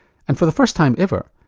and for the first time ever,